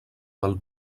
del